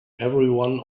everyone